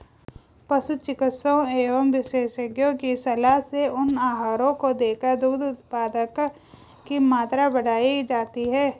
पशु चिकित्सकों एवं विशेषज्ञों की सलाह से उन आहारों को देकर दुग्ध उत्पादन की मात्रा बढ़ाई जाती है